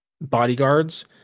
bodyguards